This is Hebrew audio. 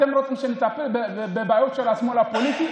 אתם רוצים שנטפל בבעיות של השמאל הפוליטי,